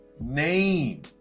name